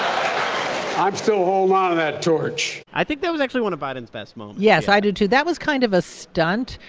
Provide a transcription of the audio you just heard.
um i'm still holding onto ah that torch i think that was actually one of biden's best moments yes, i do, too. that was kind of a stunt.